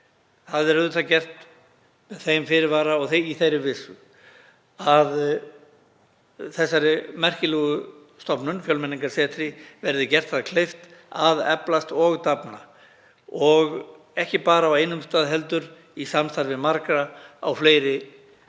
Það er auðvitað gert með þeim fyrirvara og í þeirri vissu að þessari merkilegu stofnun, Fjölmenningarsetri, verði gert kleift að eflast og dafna, ekki bara á einum stað heldur í samstarfi margra á fleiri